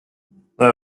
they